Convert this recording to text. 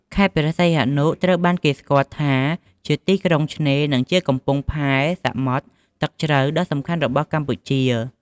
ខេត្តព្រះសីហនុ ត្រូវបានគេស្គាល់ថាជាទីក្រុងឆ្នេរ និងជាកំពង់ផែសមុទ្រទឹកជ្រៅដ៏សំខាន់របស់កម្ពុជា។